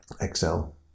Excel